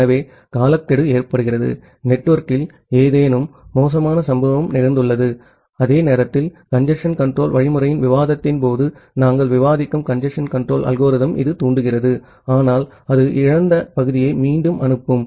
ஆகவே காலக்கெடு ஏற்படுகிறது நெட்வொர்க்கில் ஏதேனும் மோசமான சம்பவம் நிகழ்ந்துள்ளது அதே நேரத்தில் கஞ்சேஷன் கண்ட்ரோல் வழிமுறையின் விவாதத்தின் போது நாம் விவாதிக்கும் கஞ்சேஷன் கண்ட்ரோல் அல்கோரிதம் இது தூண்டுகிறது ஆனால் அது இழந்த பகுதியை மீண்டும் அனுப்பும்